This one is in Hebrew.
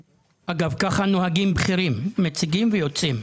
אגב, ככה נוהגים בכירים, מציגים ויוצאים.